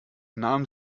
nahm